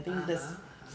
(uh huh)